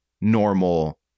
normal